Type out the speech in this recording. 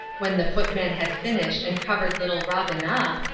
when the footman had finished and covered little robin up,